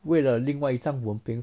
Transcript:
为了另外一张文凭